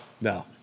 No